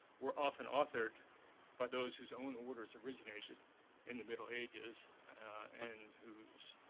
were often authored by those whose own orders originated in the middle ages and whose